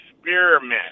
Experiment